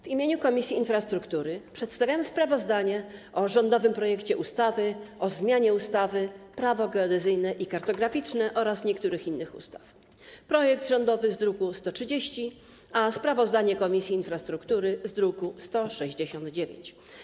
W imieniu Komisji Infrastruktury przedstawiam sprawozdanie o rządowym projekcie ustawy o zmianie ustawy - Prawo geodezyjne i kartograficzne oraz niektórych innych ustaw, projekt rządowy zawarty jest w druku nr 130, a sprawozdanie Komisji Infrastruktury - w druku nr 169.